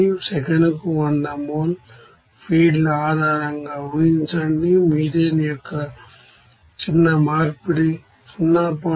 సెకనుకు 100 moles feed ల ఆధారంగా ఊహించండి మీథేన్ యొక్క ఫ్రాక్షనాల్ కన్వర్షన్ 0